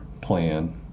plan